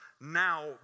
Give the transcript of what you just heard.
now